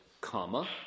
comma